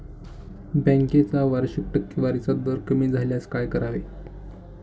बँकेचा वार्षिक टक्केवारीचा दर कमी झाल्यास काय करावे?